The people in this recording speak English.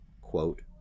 quote